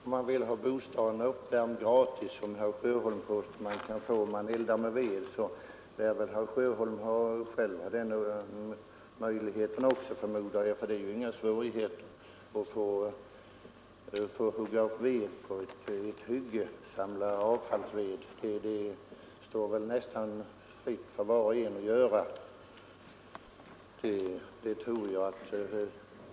Herr talman! Om man som herr Sjöholm påstår kan få bostaden uppvärmd gratis genom att elda med ved, lär herr Sjöholm själv också ha den möjligheten. Det möter ju inga svårigheter att få samla avfallsved på ett hygge, utan det står väl fritt för nästan var och en att göra.